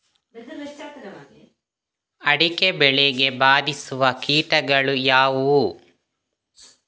ಅಡಿಕೆ ಬೆಳೆಗೆ ಬಾಧಿಸುವ ಕೀಟಗಳು ಯಾವುವು?